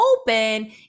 open